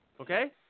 Okay